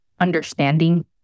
understanding